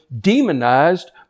demonized